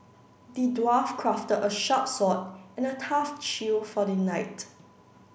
the dwarf crafted a sharp sword and a tough shield for the knight